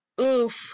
Oof